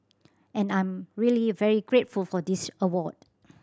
and I'm really very grateful for this award